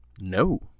no